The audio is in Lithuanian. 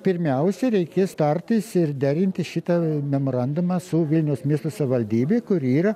pirmiausia reikės tartis ir derinti šitą memorandumą su vilniaus miesto savivaldybe kuri yra